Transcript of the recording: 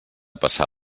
passar